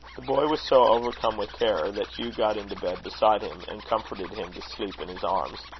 the boy was so overcome with terror, that hugh got into bed beside him and comforted him to sleep in his arms.